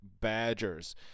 Badgers